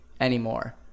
anymore